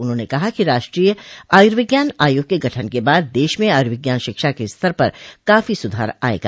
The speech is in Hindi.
उन्होंने कहा कि राष्ट्रीय आयुर्विज्ञान आयोग के गठन के बाद देश में आयुर्विज्ञान शिक्षा के स्तर पर काफी सुधार आयेगा